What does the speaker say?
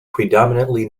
predominantly